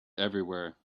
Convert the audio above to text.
everywhere